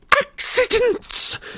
Accidents